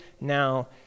now